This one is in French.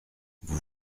vous